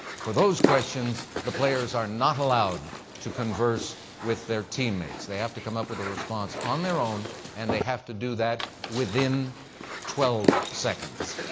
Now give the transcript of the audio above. for those questions, the players are not allowed to converse with their teammates. they have to come up with a response on their own and they have to do that within twelve seconds.